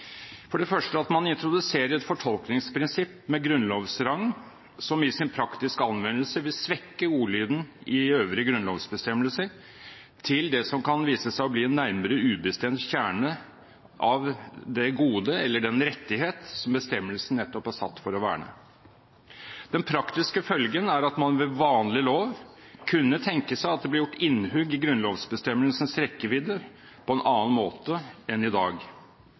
For det første at man introduserer et fortolkningsprinsipp med grunnlovsrang som i sin praktiske anvendelse vil svekke ordlyden i øvrige grunnlovsbestemmelser til det som kan vise seg å bli en nærmere ubestemt kjerne av det gode eller den rettighet som bestemmelsen nettopp er satt for å verne. Den praktiske følgen er at man ved vanlig lov kunne tenke seg at det ble gjort innhugg i grunnlovsbestemmelsens rekkevidde på en annen måte enn i dag.